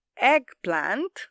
Eggplant